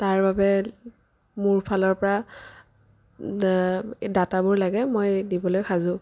তাৰ বাবে মোৰ ফালৰ পৰা এই ডাটাবোৰ লাগে মই দিবলৈ সাজু